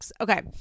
Okay